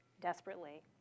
desperately